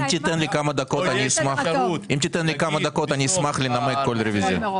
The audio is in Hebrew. אם תיתן לי כמה דקות, אני אשמח לנמק כל רוויזיה.